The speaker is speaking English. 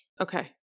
Okay